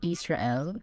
Israel